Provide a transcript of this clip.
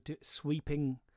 sweeping